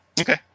Okay